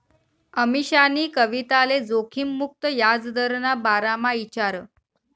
अमीशानी कविताले जोखिम मुक्त याजदरना बारामा ईचारं